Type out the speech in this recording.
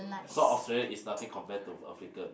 South Australia is nothing compare to Africa man